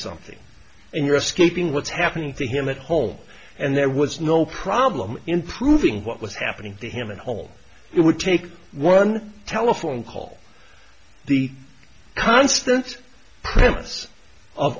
something and you're escaping what's happening to him at home and there was no problem in proving what was happening to him at home it would take one telephone call the constant promise of